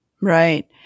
Right